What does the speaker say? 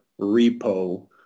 repo